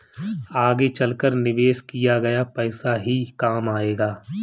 आगे चलकर निवेश किया गया पैसा ही काम आएगा